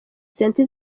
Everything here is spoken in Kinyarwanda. centre